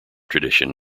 tradition